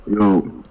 Yo